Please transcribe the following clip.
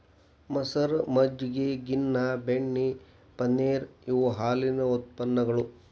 ಮಸರ, ಮಜ್ಜಗಿ, ಗಿನ್ನಾ, ಬೆಣ್ಣಿ, ಪನ್ನೇರ ಇವ ಹಾಲಿನ ಉತ್ಪನ್ನಗಳು